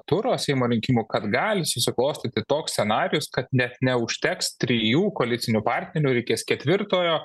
turo seimo rinkimų kad gali susiklostyti toks scenarijus kad net neužteks trijų koalicinių partnerių reikės ketvirtojo